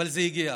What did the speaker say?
אבל זה הגיע.